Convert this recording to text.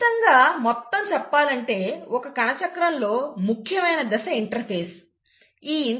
క్లుప్తంగా మొత్తం చెప్పాలంటే ఒక కణచక్రం లో ముఖ్యమైన దశ ఇంటర్ఫేజ్